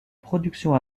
production